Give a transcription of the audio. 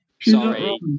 Sorry